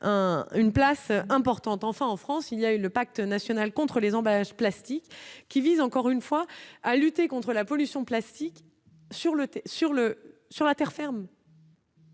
une place importante, enfin en France, il y a eu le pacte national contre les emballages plastiques qui vise encore une fois, à lutter contre la pollution plastique sur le sur le,